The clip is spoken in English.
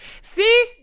See